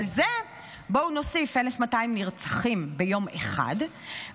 בואו נוסיף על זה 1,200 נרצחים ביום אחד,